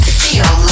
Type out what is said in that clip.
feel